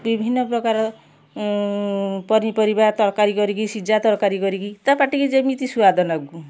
ବିଭିନ୍ନ ପ୍ରକାର ପନିପରିବା ତରକାରୀ କରିକି ସିଝା ତରକାରୀ କରିକି ତା ପାଟିକି ଯେମିତି ସୁଆଦ ନାଗୁ